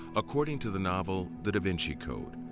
according to the novel the da vinci code,